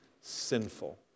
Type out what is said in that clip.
sinful